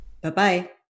Bye-bye